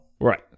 Right